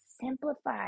simplify